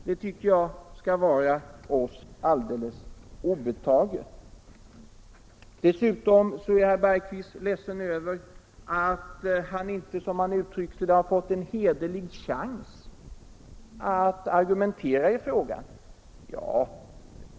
Det tycker jag skall vara oss alldeles obetaget. Dessutom är herr Bergqvist ledsen över att han inte, som han uttryckte det, har fått en hederlig chans att argumentera i frågan.